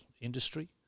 industry